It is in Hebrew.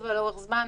פרספקטיבה לאורך זמן.